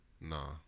nah